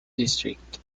district